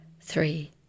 three